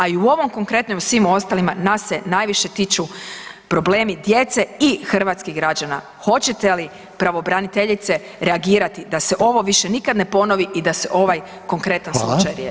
A i u ovom konkretnom i u svim ostalima nas se najviše tiču problemi djece i hrvatskih građana hoćete li pravobraniteljice reagirati da se ovo više nikad ne ponovi i da se ovaj konkretan slučaj riješi.